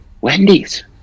Wendy's